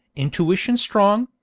intuition strong,